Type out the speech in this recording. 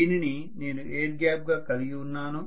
దీనిని నేను air gap గా కలిగి ఉన్నాను